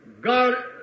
God